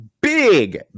big